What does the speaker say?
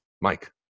Mike